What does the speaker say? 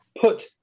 put